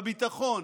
בביטחון,